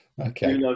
okay